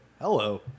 Hello